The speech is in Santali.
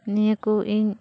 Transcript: ᱱᱤᱭᱟᱹ ᱠᱚ ᱤᱧ